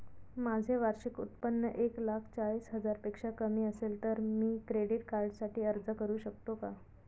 माझे वार्षिक उत्त्पन्न एक लाख चाळीस हजार पेक्षा कमी असेल तर मी क्रेडिट कार्डसाठी अर्ज करु शकतो का?